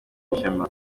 ishema